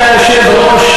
אדוני היושב-ראש,